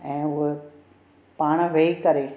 ऐं हू पाण वेही करे